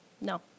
No